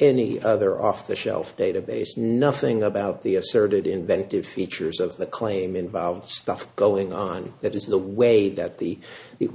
any other off the shelf database nothing about the asserted inventive features of the claim involved stuff going on that is the way that the